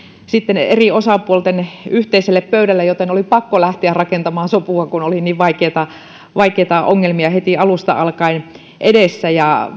sitten eri osapuolten yhteiselle pöydälle jolloin oli pakko lähteä rakentamaan sopua kun oli niin vaikeita vaikeita ongelmia heti alusta alkaen edessä ja